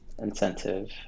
incentive